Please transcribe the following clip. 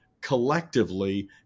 collectively